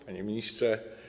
Panie Ministrze!